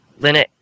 Linux